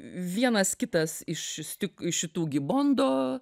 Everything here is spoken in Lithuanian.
vienas kitas iš tik iš šitų gi bondo